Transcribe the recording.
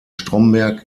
stromberg